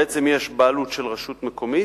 בעצם יש בעלות של רשות מקומית